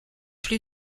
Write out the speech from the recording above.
plus